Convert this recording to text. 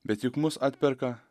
bet juk mus atperka